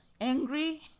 angry